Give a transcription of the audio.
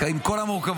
עם כל המורכבות,